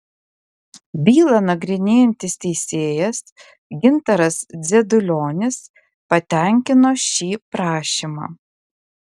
bylą nagrinėjantis teisėjas gintaras dzedulionis patenkino šį prašymą